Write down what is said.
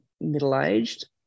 middle-aged